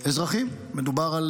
אזרחים, מדובר על